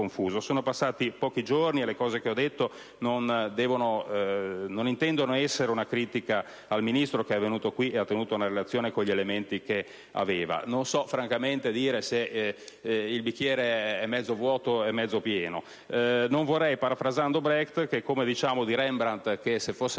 Sono passati pochi giorni e quanto ho detto non intende essere una critica al Ministro, che è venuto qui e ha tenuto una relazione con gli elementi che aveva. Io non so francamente dire se il bicchiere sia mezzo vuoto o mezzo pieno; non vorrei, parafrasando Brecht, che come diciamo di Rembrandt che se fosse nato